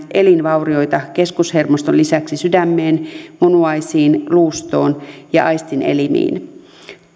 elinvaurioita keskushermoston lisäksi sydämeen munuaisiin luustoon ja aistinelimiin